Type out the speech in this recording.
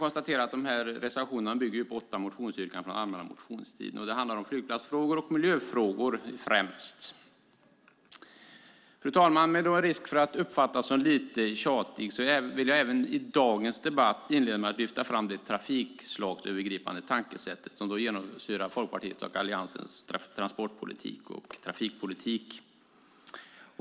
Reservationerna bygger på åtta motionsyrkanden från allmänna motionstiden. De handlar främst om flygplatsfrågor och miljöfrågor. Fru talman! Med risk för att uppfattas som tjatig vill jag även i dagens debatt lyfta fram det trafikslagsövergripande tankesättet som genomsyrar Folkpartiets och Alliansens transportpolitik och trafikpolitik.